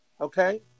Okay